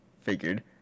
figured